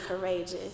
courageous